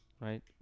right